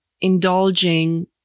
indulging